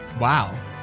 wow